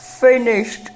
finished